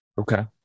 Okay